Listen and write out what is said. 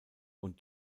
und